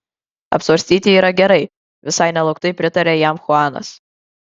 apsvarstyti yra gerai visai nelauktai pritarė jam chuanas